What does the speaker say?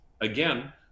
again